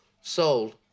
sold